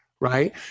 Right